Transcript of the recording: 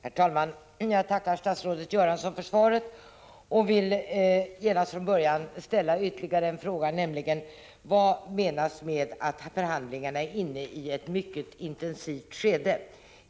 Herr talman! Jag tackar statsrådet Göransson för svaret och vill redan från början ställa ytterligare en fråga, nämligen: Vad menas med att förhandlingarna är inne i ett mycket intensivt skede?